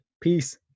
peace